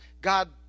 God